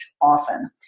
often